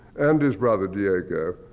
and his brother diego,